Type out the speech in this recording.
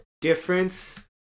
Difference